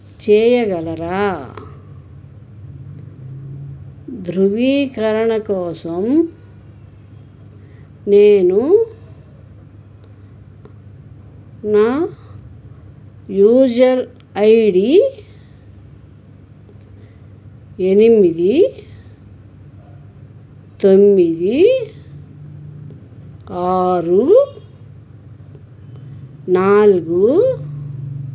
చేయగలరా ధృవీకరణ కోసం నేను నా యూజర్ ఐ డీ ఎనిమిది తొమ్మిది ఆరు నాలుగు